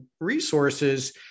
resources